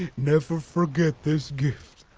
never forget this gift.